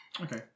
Okay